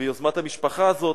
ביוזמת המשפחה הזאת,